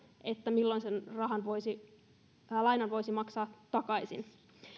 milloin sen lainan voisi maksaa takaisin